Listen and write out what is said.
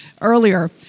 earlier